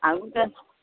आगूके